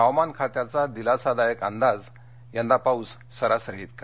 हवामान खात्याचा दिलासादायक अंदाज यंदा पाऊस सरासरी इतका